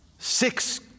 Six